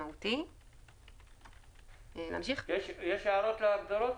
האם יש הערות להגדרות?